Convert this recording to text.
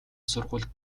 сургуульд